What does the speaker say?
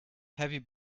heavy